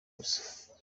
ubusa